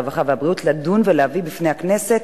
הרווחה והבריאות לדון ולהביא בפני הכנסת